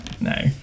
No